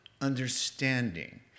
understanding